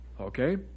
Okay